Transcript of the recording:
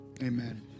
amen